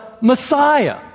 Messiah